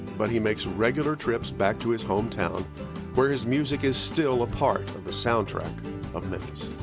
but he makes regular trips back to his hometown where his music is still a part of the soundtrack of memphis.